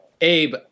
Abe